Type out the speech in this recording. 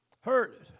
Hurt